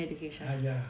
err yeah